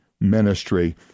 ministry